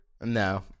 No